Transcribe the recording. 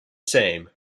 same